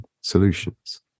solutions